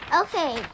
Okay